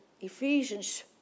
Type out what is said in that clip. Ephesians